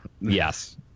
Yes